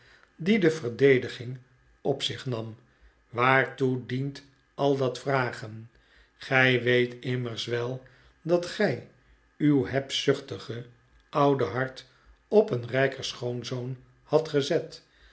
die de verdediging op zich nam waartoe dient al dat vragen gij weet immers wel dat gij uw hebzuchtige oude hart op een rijker schoonzoon had gezet